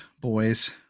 boys